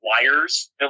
Wires